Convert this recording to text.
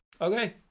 Okay